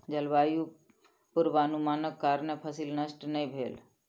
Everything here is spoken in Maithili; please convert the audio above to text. जलवायु पूर्वानुमानक कारणेँ फसिल नष्ट नै भेल